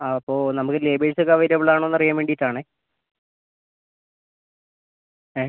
ആ അപ്പോൾ നമുക്ക് ലേബേഴ്സ് ഒക്കെ അവൈലബിൾ ആണോ എന്ന് അറിയാൻ വേണ്ടിയിട്ടാണ് ഏ